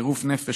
חירוף נפש,